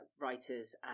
writers